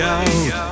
out